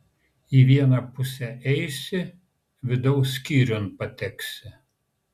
į vieną pusę eisi vidaus skyriun pateksi